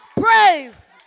praise